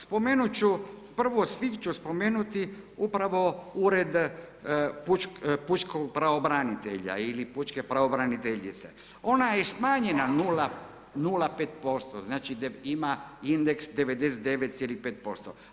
Spomenuti ću, prvo ... ću spomenuti, upravo Ured pučkog pravobranitelja, ili pučke pravobraniteljice, ona je smanjena 0,5%, znači ima indeks 99,5%